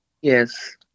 Yes